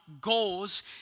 goals